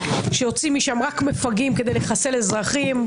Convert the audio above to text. שיוצאים משם רק מפגעים כדי לחסל אזרחים.